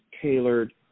tailored